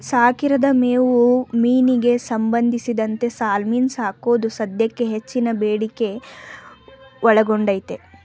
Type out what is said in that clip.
ಸಾಕಿರದ ಮೇವು ಮೀನಿಗೆ ಸಂಬಂಧಿಸಿದಂತೆ ಸಾಲ್ಮನ್ ಸಾಕೋದು ಸದ್ಯಕ್ಕೆ ಹೆಚ್ಚಿನ ಬೇಡಿಕೆ ಒಳಗೊಂಡೈತೆ